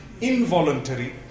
involuntary